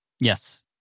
Yes